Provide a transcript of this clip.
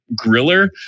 griller